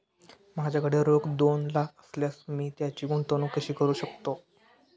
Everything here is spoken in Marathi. माझ्याकडे रोख दोन लाख असल्यास मी त्याची गुंतवणूक कशी करू शकतो?